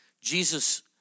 Jesus